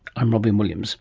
i'm robyn williams